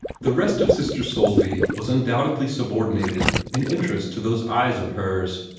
the rest of sister soulsby was undoubtedly subordinated in interest to those eyes of hers.